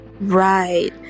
Right